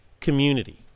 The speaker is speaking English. community